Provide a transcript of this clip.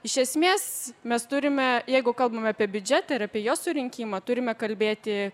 iš esmės mes turime jeigu kalbame apie biudžetą ir apie jo surinkimą turime kalbėti